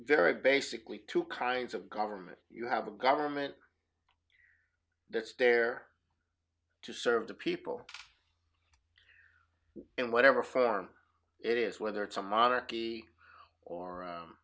very basically two kinds of government you have a government that's there to serve the people in whatever form it is whether it's a monarchy or